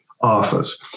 office